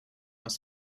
aus